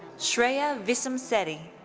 shreya vissamsetti.